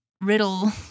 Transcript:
riddle